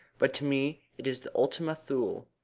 but to me it is the ultima thule.